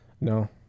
No